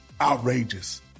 outrageous